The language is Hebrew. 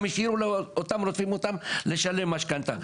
השאירו אותם ורודפים אחריהם לשלם משכנתא.